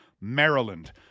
Maryland